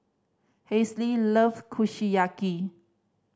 Hazelle loves Kushiyaki